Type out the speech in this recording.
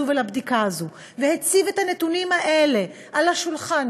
ולבדיקה הזאת והציב את הנתונים האלה על השולחן,